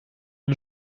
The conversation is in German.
den